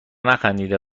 نخندیده